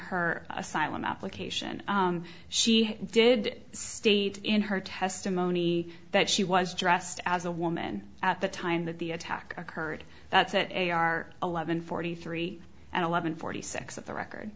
asylum application she did state in her testimony that she was dressed as a woman at the time that the attack occurred that's it a are eleven forty three and eleven forty six of the record